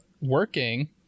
working